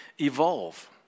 evolve